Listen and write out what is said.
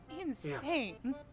insane